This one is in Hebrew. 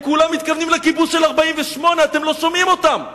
הם כולם מתכוונים לכיבוש של 48'. אתם לא שומעים אותם.